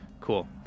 Cool